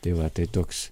tai va tai toks